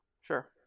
sure